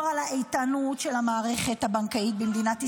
על האיתנות של המערכת הבנקאית במדינת ישראל,